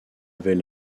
avait